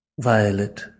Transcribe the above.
Violet